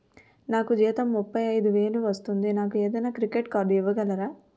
నాకు జీతం ముప్పై ఐదు వేలు వస్తుంది నాకు ఏదైనా క్రెడిట్ కార్డ్ ఇవ్వగలరా?